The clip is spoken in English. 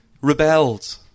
Rebelled